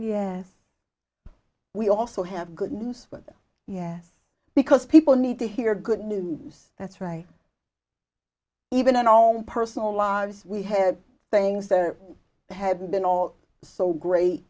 them we also have good news but yes because people need to hear good news that's right even in our own personal lives we have things there haven't been all so great